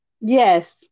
Yes